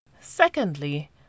Secondly